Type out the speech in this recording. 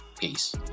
Peace